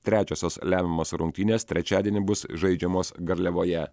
trečiosios lemiamos rungtynės trečiadienį bus žaidžiamos garliavoje